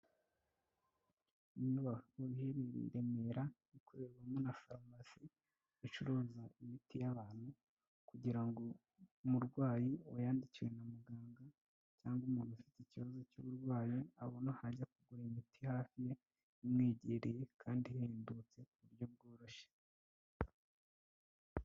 Inyubako iherereye i Remera ikorerwamo na farumasi icuruza imiti y'abantu kugira ngo umurwayi wayandikiwe na muganga cyangwa umuntu ufite ikibazo cy'uburwayi abone aho ajya kugura imiti hafi ye bimwegereye kandi ihendutse ku buryo bworoshye.